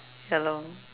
ya lor